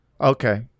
Okay